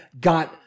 got